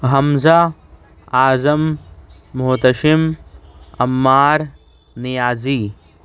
Hamza Azam Mohtasham Ammar Niazi